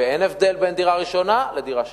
ואין הבדל בין דירה ראשונה לדירה שנייה.